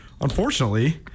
unfortunately